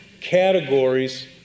categories